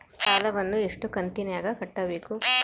ಸಾಲವನ್ನ ಎಷ್ಟು ಕಂತಿನಾಗ ಕಟ್ಟಬೇಕು?